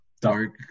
dark